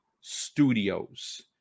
studios